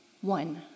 one